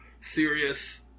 serious